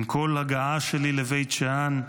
עם כל הגעה שלי לבין שאן,